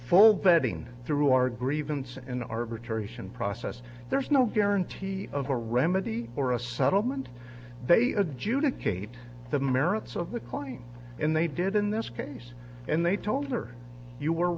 for betting through our grievances in arbitrary ssion process there's no guarantee of a remedy or a settlement they adjudicate the merits of the client and they did in this case and they told her you were